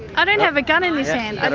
i don't have a gun in this hand,